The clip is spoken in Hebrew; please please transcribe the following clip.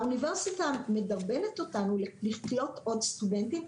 האוניברסיטה מדרבנת אותנו לקלוט עוד סטודנטים,